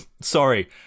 Sorry